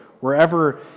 wherever